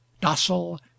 docile